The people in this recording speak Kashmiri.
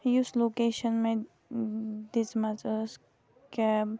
یُس لوکیشَن مےٚ دِژمَژ ٲس کیب